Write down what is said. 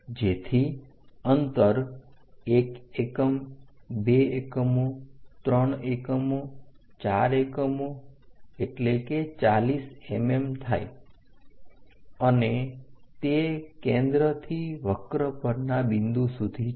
જેથી અંતર 1 એકમ 2 એકમો 3 એકમો 4 એકમો એટલે કે 40 mm થાય અને તે કેન્દ્રથી વક્ર પરના બિંદુ સુધી છે